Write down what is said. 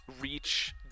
reach